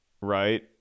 right